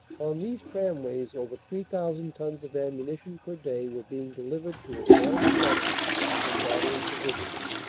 on these tramways over three thousand tons of ammunition per day were being delivered to advanced dumps and battery positions.